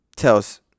tells